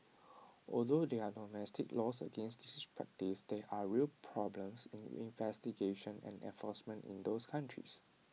although there are domestic laws against this practice there are real problems in investigation and enforcement in those countries